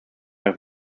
have